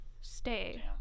stay